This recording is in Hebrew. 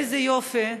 איזה יופי,